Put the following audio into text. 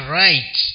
right